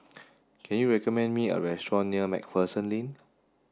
can you recommend me a restaurant near MacPherson Lane